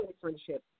friendship